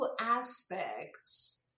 aspects